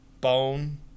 Bone